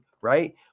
right